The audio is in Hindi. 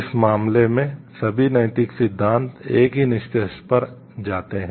इस मामले में सभी नैतिक सिद्धांत एक ही निष्कर्ष पर जाते हैं